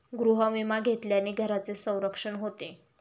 गृहविमा घेतल्याने घराचे संरक्षण होते